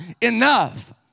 enough